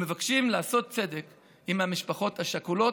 ומבקשים לעשות צדק עם המשפחות השכולות.